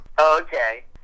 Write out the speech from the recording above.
Okay